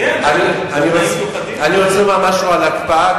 אני רוצה לומר משהו על ההקפאה,